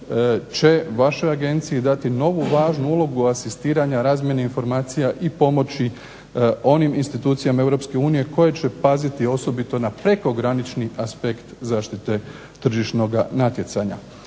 će vašoj Agenciji dati novu važnu ulogu asistiranja, razmjeni informacija i pomoći onim institucijama Europske unije koje će paziti osobito na prekogranični aspekt zaštite tržišnoga natjecanja.